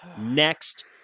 next